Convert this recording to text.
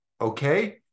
okay